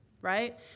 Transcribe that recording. right